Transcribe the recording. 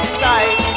sight